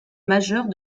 majeure